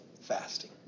fasting